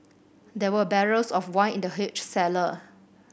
there were barrels of wine in the huge cellar